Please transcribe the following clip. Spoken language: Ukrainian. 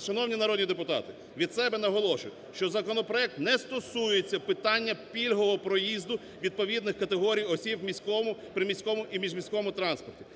Шановні народні депутати, від себе наголошую, що законопроект не стосується питання пільгового проїзду відповідних категорій осіб в міському, приміському і міжміському транспорті.